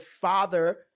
father